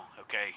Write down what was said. okay